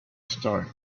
start